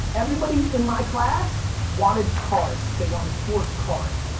everybody in my class wanted cards, they wanted sports cards.